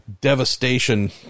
devastation